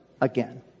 again